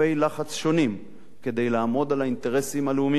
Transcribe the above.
שונים כדי לעמוד על האינטרסים הלאומיים שלנו.